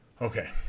Okay